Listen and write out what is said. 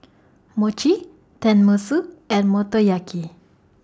Mochi Tenmusu and Motoyaki